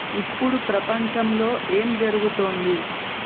ఇప్పుడు ప్రపంచంలో ఏం జరుగుతోంది